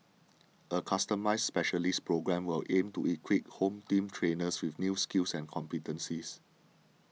a customised specialist programme will aim to equip Home Team trainers with new skills and competencies